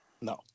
No